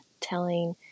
telling